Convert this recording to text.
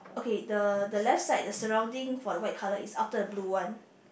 okay the the left side the surrounding for the white colour is after the blue one